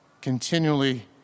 continually